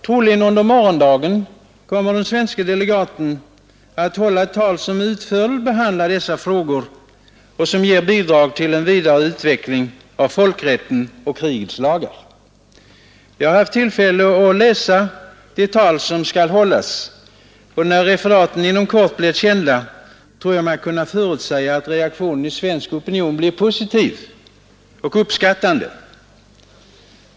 Troligen under morgondagen kommer den svenske delegaten att hålla ett tal som utförligt behandlar dessa frågor och som ger bidrag till en vidare utveckling av folkrätten och krigets lagar. Jag har haft tillfälle att läsa det tal som skall hållas, och jag tror mig kunna förutsäga att när referaten inom kort blir kända kommer reaktionen hos svensk opinion att bli positiv och uppskattande.